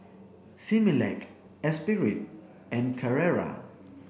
Similac Esprit and Carrera